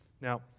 Now